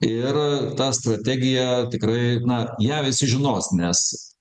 ir tą strategiją tikrai na ją visi žinos nes